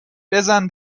بزن